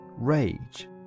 rage